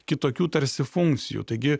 kitokių tarsi funkcijų taigi